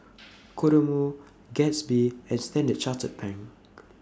Kodomo Gatsby and Standard Chartered Bank